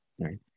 right